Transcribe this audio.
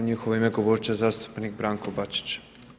U njihovo ime govorit će zastupnik Branko Bačić.